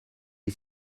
est